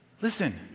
Listen